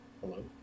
Hello